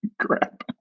crap